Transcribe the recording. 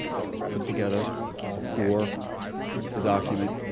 that was put together before the document